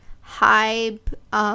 Hype